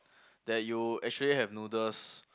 that you actually have noodles